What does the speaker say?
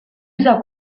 usa